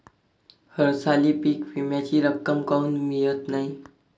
हरसाली पीक विम्याची रक्कम काऊन मियत नाई?